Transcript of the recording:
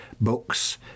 books